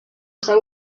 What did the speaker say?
ngo